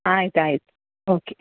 ಆಯ್ತು ಆಯ್ತು ಓಕೆ